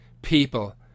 people